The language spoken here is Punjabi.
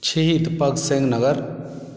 ਸ਼ਹੀਦ ਭਗਤ ਸਿੰਘ ਨਗਰ